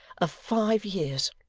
of five years.